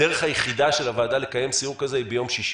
הדרך היחידה של הוועדה לקיים סיור כזה היא ביום שישי.